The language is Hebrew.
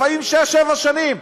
לפעמים זה שש-שבע שנים.